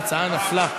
ההצעה נפלה,